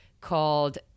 called